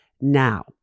Now